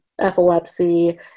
epilepsy